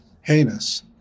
heinous